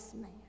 man